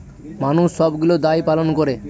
মানুষ সবগুলো দায় পালন করে